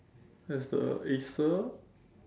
there's the Acer